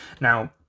Now